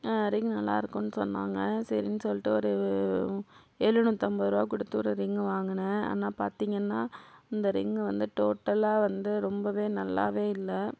ring நல்லாயிருக்கும்னு சொன்னாங்க சரின்னு சொல்லிட்டு ஒரு எழுநூற்றம்பது ருபா கொடுத்து ஒரு ரிங் வாங்கினேன் ஆனால் பார்த்தீங்கன்னா அந்த ரிங் வந்து டோட்டலாக வந்து ரொம்பவே நல்லாவே இல்லை